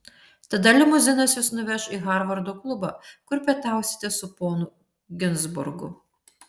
tada limuzinas jus nuveš į harvardo klubą kur pietausite su ponu ginzburgu